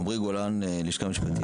עמרי גולן, הלשכה המשפטית